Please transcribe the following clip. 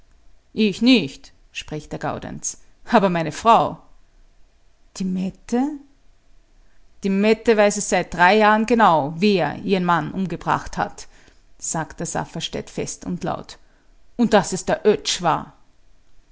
ich nicht spricht der gaudenz aber meine frau die mette die mette weiß es seit drei jahren genau wer ihren mann umgebracht hat sagt der safferstätt fest und laut und daß es der oetsch war